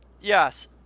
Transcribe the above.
Yes